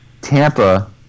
Tampa